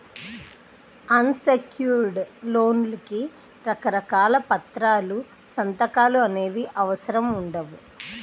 అన్ secured లోన్లకి రకరకాల పత్రాలు, సంతకాలు అనేవి అవసరం ఉండవు